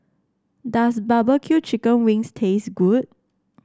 does barbecue Chicken Wings taste good